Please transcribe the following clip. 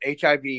HIV